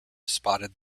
spotted